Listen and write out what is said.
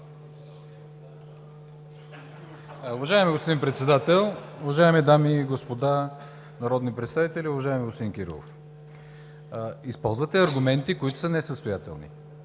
Уважаеми господин Председател, уважаеми дами и господа народни представители! Уважаеми господин Кирилов, използвате аргументи, които са несъстоятелни.